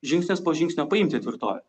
žingsnis po žingsnio paimti tvirtovę